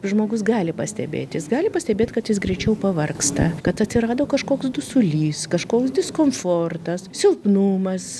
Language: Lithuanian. žmogus gali pastebėt jis gali pastebėt kad jis greičiau pavargsta kad atsirado kažkoks dusulys kažkoks diskomfortas silpnumas